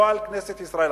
לא על כנסת ישראל,